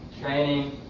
training